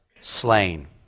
slain